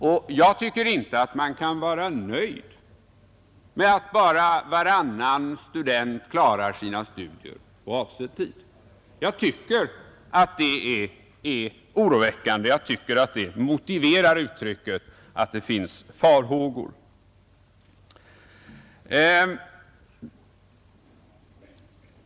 Och jag tycker inte att man kan vara nöjd med att bara varannan student klarar sina studier på avsedd tid. Jag tycker att det är oroväckande och att det motiverar uttrycket ”att det finns farhågor”.